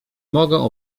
mogę